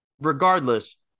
regardless